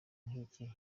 nk’iki